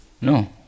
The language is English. No